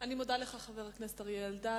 אני מודה לך, חבר הכנסת אריה אלדד.